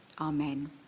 Amen